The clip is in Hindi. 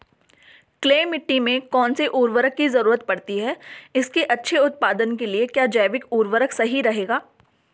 क्ले मिट्टी में कौन से उर्वरक की जरूरत पड़ती है इसके अच्छे उत्पादन के लिए क्या जैविक उर्वरक सही रहेगा?